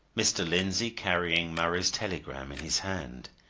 mr. lindsey carrying murray's telegram in his hand.